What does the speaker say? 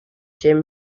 jim